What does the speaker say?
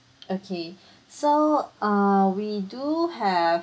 okay so err we do have